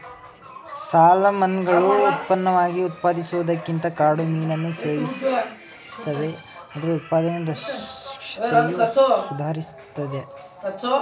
ಸಾಲ್ಮನ್ಗಳು ಉತ್ಪನ್ನವಾಗಿ ಉತ್ಪಾದಿಸುವುದಕ್ಕಿಂತ ಕಾಡು ಮೀನನ್ನು ಸೇವಿಸ್ತವೆ ಆದ್ರೂ ಉತ್ಪಾದನೆ ದಕ್ಷತೆಯು ಸುಧಾರಿಸ್ತಿದೆ